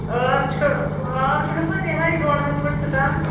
ٲر چھِ ٲر چھُ گژھان یِہوٚے ڈۄڈ ہَتھ پٮ۪ٹھ سِٹاٹ